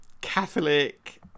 Catholic